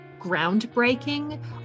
groundbreaking